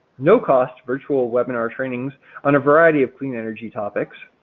no cost virtual webinar trainings on a variety of clean energy topics,